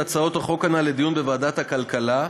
הצעות החוק הנ"ל לדיון בוועדת הכלכלה.